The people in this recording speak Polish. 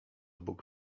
bóg